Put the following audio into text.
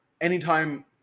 anytime